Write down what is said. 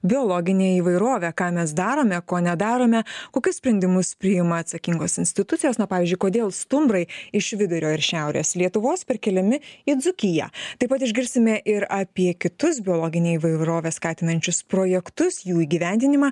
biologinę įvairovę ką mes darome ko nedarome kokius sprendimus priima atsakingos institucijos na pavyzdžiui kodėl stumbrai iš vidurio ir šiaurės lietuvos perkeliami į dzūkiją taip pat išgirsime ir apie kitus biologinę įvairovę skatinančius projektus jų įgyvendinimą